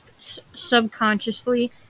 subconsciously